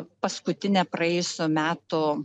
paskutinė praėjusių metų